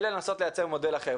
אלא לייצר מודל אחר.